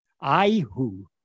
I-who